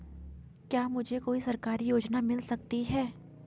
क्या मुझे कोई सरकारी योजना मिल सकती है?